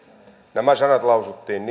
nämä sanat lausuttiin